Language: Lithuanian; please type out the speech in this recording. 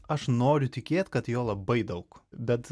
aš noriu tikėt kad jo labai daug bet